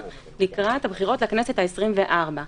לקראת הבחירות לכנסת העשרים-וארבע.